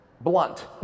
blunt